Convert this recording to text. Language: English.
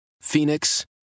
Phoenix